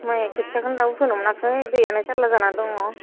माइ खोथियाखौनो दाबो फोनो मोनाखै दैआनो जारला जानानै दङ